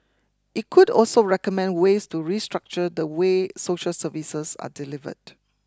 it could also recommend ways to restructure the way social services are delivered